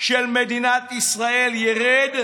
של מדינת ישראל ירד,